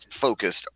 focused